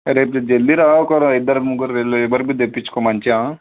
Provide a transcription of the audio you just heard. రేపు జల్ది రా ఒకరు ఇద్దరు ముగ్గురు లేబర్లు తెప్పించుకో మంచిగా